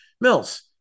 Mills